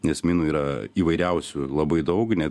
nes minų yra įvairiausių labai daug ne